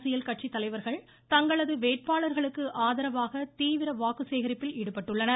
அரசியல் கட்சித்தலைவா்கள் தங்களது வேட்பாளா்களுக்கு ஆதரவாக தீவிர வாக்கு சேகரிப்பில் ஈடுபட்டுள்ளனர்